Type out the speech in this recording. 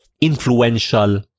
influential